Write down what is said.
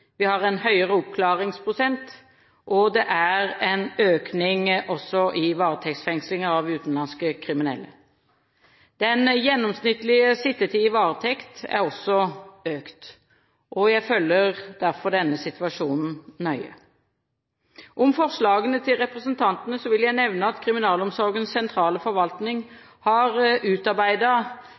vi har en høyere oppklaringsprosent, og det er også en økning i varetektsfengslingen av utenlandske kriminelle. Den gjennomsnittlige sittetid i varetekt har også økt, og jeg følger derfor denne situasjonen nøye. Om forslagene til representantene vil jeg nevne at Kriminalomsorgens sentrale forvaltning har